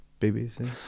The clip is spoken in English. BBC